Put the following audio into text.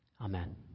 Amen